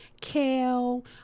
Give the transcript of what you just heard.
kale